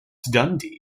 dundee